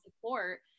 support